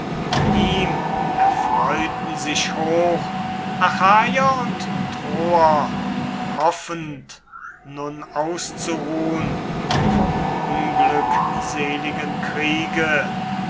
ihm erfreuten sich hoch achaier und troer hoffend nun auszuruhn vom unglückseligen kriege